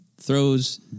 throws